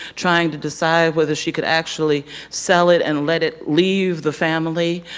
trying to decide whether she could actually sell it and let it leave the family,